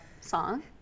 song